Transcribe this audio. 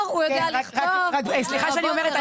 הוא יודע לכתוב --- סליחה שאני אומרת,